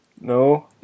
No